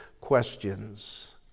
questions